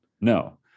No